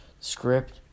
script